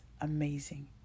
amazing